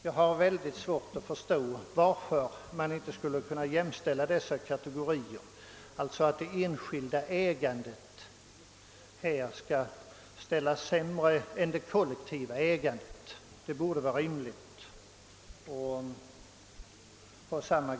Jag har svårt att förstå varför man inte skulle kunna jämställa dessa kategorier och varför det enskilda ägandet skall ha en sämre ställning än det kollektiva ägandet. Lånegränserna borde rimligen vara desamma.